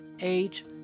age